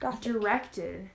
directed